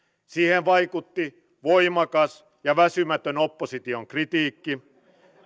siihen vaikutti voimakas ja väsymätön opposition kritiikki